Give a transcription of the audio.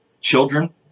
children